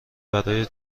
برای